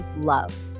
love